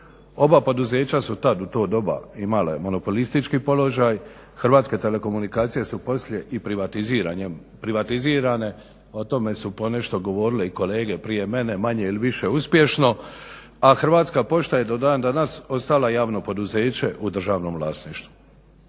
Oba poduzeća su tad u to doba imale monopolistički položaj. Hrvatske telekomunikacije su poslije i privatizirane. O tome su ponešto govorili i kolege prije mene manje ili više uspješno, a Hrvatska pošta je do danas ostala javno poduzeće u državnom vlasništvu.